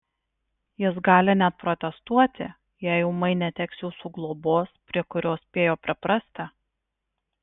jis gali net protestuoti jei ūmai neteks jūsų globos prie kurios spėjo priprasti